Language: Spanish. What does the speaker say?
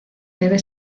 debe